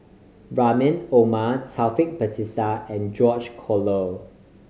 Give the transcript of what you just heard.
Rahim Omar Taufik Batisah and George Collyer